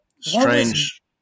strange